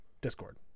Discord